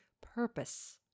purpose